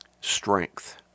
strength